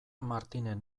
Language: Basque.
martinen